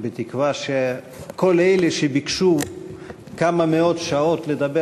בתקווה שכל אלה שביקשו כמה מאות שעות כדי לדבר